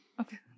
okay